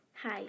Hi